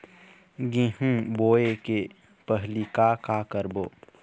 गेहूं बोए के पहेली का का करबो?